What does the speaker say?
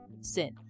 sin